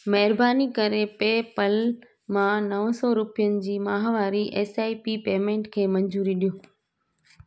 महिरबानी करे पे पल मां नव सौ रुपियनि जी माहवारी एस आई पी पेमेंट खे मंज़ूरी ॾियो